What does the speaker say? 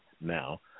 now